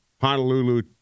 Honolulu